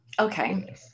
okay